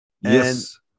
Yes